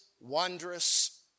wondrous